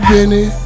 Benny